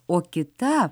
o kita